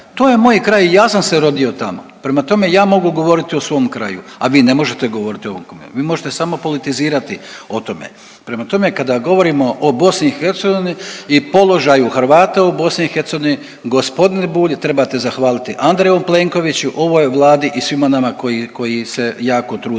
to je moj kraj i ja sam se rodio tamo, prema tome, ja mogu govoriti o svom kraju, a vi ne možete govoriti o ovome, vi možete samo politizirati o tome. Prema tome, kada govorimo o BiH i položaju Hrvata u BiH, g. Bulj, trebate zahvaliti Andreju Plenkoviću, ovoj Vladi i svima nama koji se jako trudimo